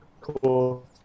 cool